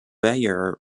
beyer